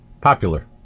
popular